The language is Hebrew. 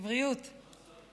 אתם משווים את אייל גולן,